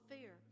fear